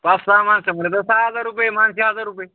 पाच सहा माणसं म्हणजे सहा हजार रुपये माणशी हजार रुपये